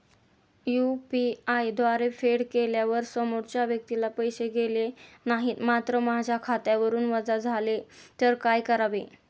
UPI द्वारे फेड केल्यावर समोरच्या व्यक्तीला पैसे गेले नाहीत मात्र माझ्या खात्यावरून वजा झाले तर काय करावे?